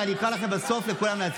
ואני אקרא לכולכם בסוף להצביע.